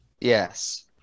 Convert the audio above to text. Yes